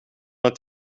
het